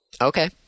Okay